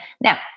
Now